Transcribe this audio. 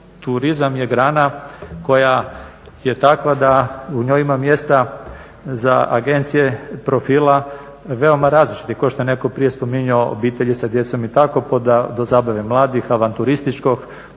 Turizam je grana koja je takva da u njoj ima mjesta za agencije profila veoma različitih, kao što je netko prije spominjao obitelji sa djecom i tako, do zabave mladih, avanturističkog,